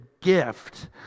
gift